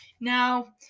Now